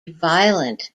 violent